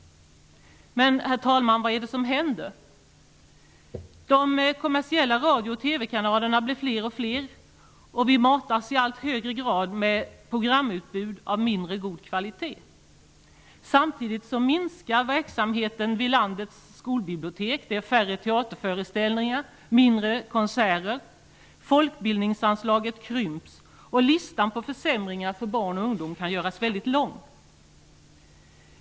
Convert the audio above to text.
Men vad är det som händer? De kommersiella radio och TV-kanalerna blir fler och fler. Vi matas i allt högre grad med programutbud av mindre god kvalitet. Samtidigt minskar verksamheten vid landets skolbibliotek, det är färre teaterföreställningar, färre konserter och folkbildningsanslaget krymps. Listan på försämringar för barn och ungdomar kan göras mycket lång.